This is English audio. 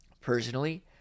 Personally